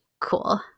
cool